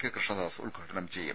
K Krishnadas ഉദ്ഘാടനം ചെയ്യും